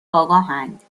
آگاهند